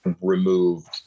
removed